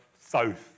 south